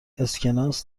اسکناس